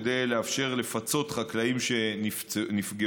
כדי לאפשר לפצות חקלאים שנפגעו.